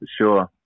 sure